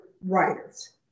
writers